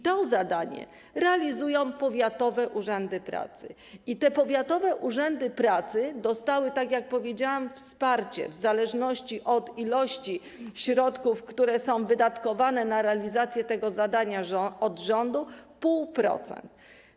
To zadanie realizują powiatowe urzędy pracy i te powiatowe urzędy pracy dostały, tak jak powiedziałam, wsparcie w zależności od ilości środków, które są wydatkowane na realizację tego zadania od rządu, 0,5%.